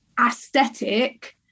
aesthetic